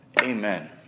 Amen